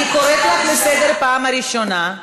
אני קוראת אותך לסדר בפעם הראשונה.